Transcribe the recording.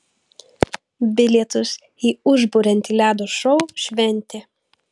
bilietus į užburiantį ledo šou šventė